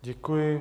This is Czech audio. Děkuji.